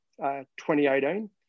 2018